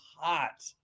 hot